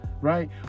right